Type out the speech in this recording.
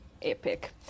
epic